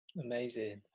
Amazing